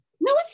No